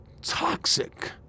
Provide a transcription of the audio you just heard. toxic